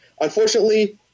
Unfortunately